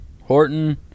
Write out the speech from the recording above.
Horton